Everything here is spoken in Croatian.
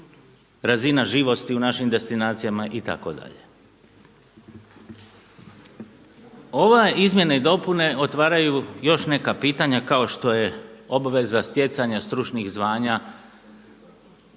razina živosti u našim destinacijama itd. Ove izmjene i dopune otvaraju još neka pitanja kao što je obveza stjecanja stručnih zvanja